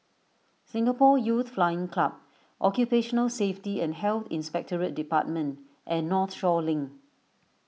Singapore Youth Flying Club Occupational Safety and Health Inspectorate Department and Northshore Link